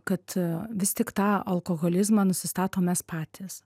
kad vis tik tą alkoholizmą nusistatom mes patys